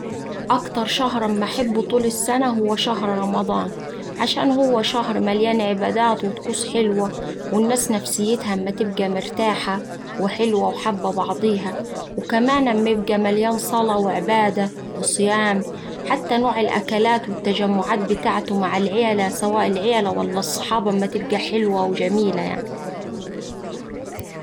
أكتر شهر أما أحبه طول السنة هو شهر رمضان. عشان هو شهر مليان عبادات وطقوس حلوة والناس نفسيتها أما تبقا مرتاحة وحلوة وحابة بعضيها وكمان أما يبقا مليان صلاة وعبادة وصيام حتى نوع الأكلات والتجمعات بتاعته مع العيلة سواء العيلة ولا الصحاب أما تبقا حلوة وجميلة يعني.